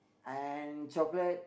and chocolate